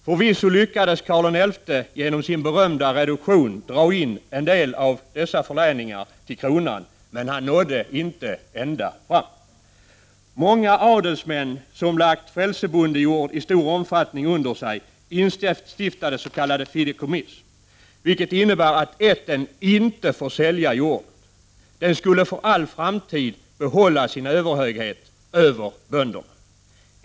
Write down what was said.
Förvisso lyckades Karl XI genom sin berömda reduktion dra in en del av dessa förläningar till kronan, men han nådde inte ända fram. Många adelsmän, som i stor omfattning hade lagt frälsebondejord under sig, instiftade fideikommiss, vilket innebär att ätten inte får sälja jorden. Adeln skulle för all framtid behålla sin överhöghet över bönderna.